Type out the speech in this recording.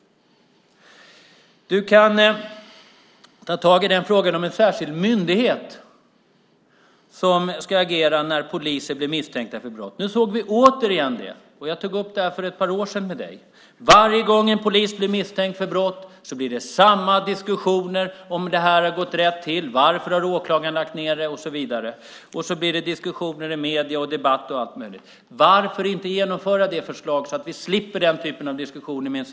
Du kan ta tag i frågan om en särskild myndighet som ska agera när poliser blir misstänkta för brott. Nu såg vi det återigen. Jag tog upp detta med dig för ett par år sedan. Varje gång som en polis blir misstänkt för brott blir det samma diskussioner om det har gått rätt till, varför åklagaren har lagt ned det och så vidare. Sedan blir det diskussioner i medierna, debatt och så vidare. Varför genomför man inte förslaget om en särskild myndighet så att vi slipper den typen av diskussioner?